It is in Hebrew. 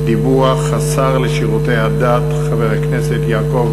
דיווח השר לשירותי הדת חבר הכנסת יעקב